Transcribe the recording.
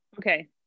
Okay